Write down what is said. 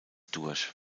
durch